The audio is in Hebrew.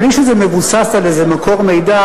בלי שזה מבוסס על איזה מקור מידע,